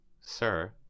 sir